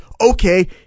okay